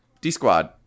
D-Squad